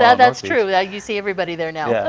yeah that's true. you see everybody there now. yeah,